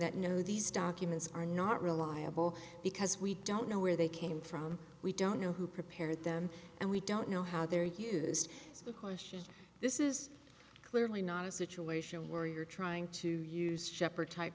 that no these documents are not reliable because we don't know where they came from we don't know who prepared them and we don't know how they're used so the question is this is clearly not a situation where you're trying to use shepherd type